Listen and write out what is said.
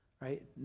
right